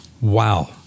Wow